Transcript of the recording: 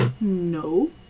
No